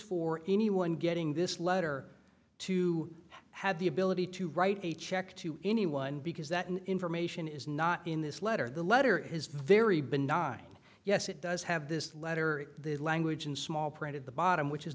for anyone getting this letter to have the ability to write a check to anyone because that information is not in this letter the letter is very been di yes it does have this letter the language in small print at the bottom which is